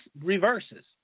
reverses